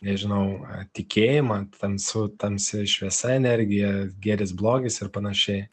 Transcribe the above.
nežinau tikėjimą ten su tamsi šviesa energija gėris blogis ir panašiai